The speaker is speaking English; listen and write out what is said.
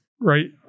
right